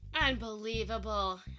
Unbelievable